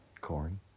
Corn